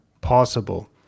possible